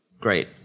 Great